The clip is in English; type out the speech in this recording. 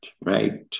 right